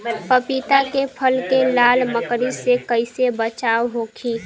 पपीता के फल के लाल मकड़ी से कइसे बचाव होखि?